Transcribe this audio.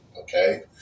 okay